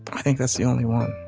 but i think that's the only one